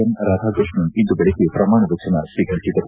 N Radhakrishnan ಇಂದು ಬೆಳಿಗ್ಗೆ ಪ್ರಮಾಣ ವಚನ ಸ್ವೀಕರಿಸಿದರು